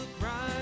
right